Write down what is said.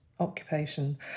occupation